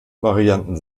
varianten